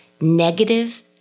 negative